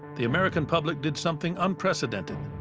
the american public did something unprecedented.